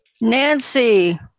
Nancy